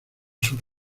sus